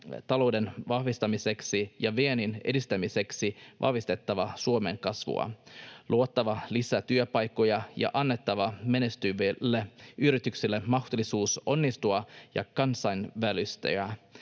talouden vahvistamiseksi ja viennin edistämiseksi vahvistettava Suomen kasvua, luotava lisää työpaikkoja ja annettava menestyville yrityksille mahdollisuus onnistua ja kansainvälistyä.